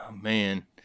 man